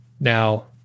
Now